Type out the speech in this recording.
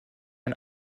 man